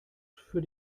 für